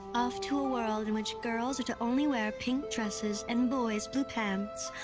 off to a world in which girls are to only wear pink dresses and boys blue pants.